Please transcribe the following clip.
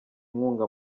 inkunga